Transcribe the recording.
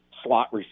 Slot